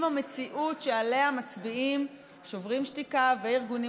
עם המציאות שעליה מצביעים שוברים שתיקה וארגונים